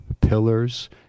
pillars